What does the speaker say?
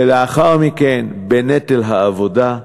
ולאחר מכן, בנטל העבודה,